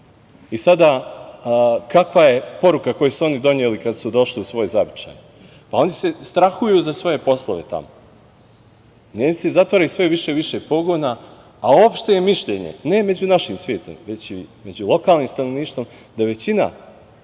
I sada, kakva je poruka koju su oni doneli kada su došli u svoj zavičaj? Oni strahuju za svoje poslove tamo. Nemci zatvaraju sve više i više pogona, a opšte je mišljenje, ne među našim svetom već i među lokalnim stanovništvom, da većina